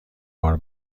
بار